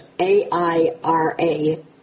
A-I-R-A